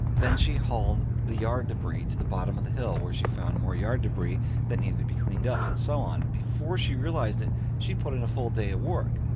then she hauled the yard debris to the bottom of the hill where she found more yard debris that needed to be cleaned up and so on before she realized it, she put in a full day of work,